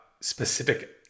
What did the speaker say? specific